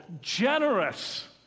generous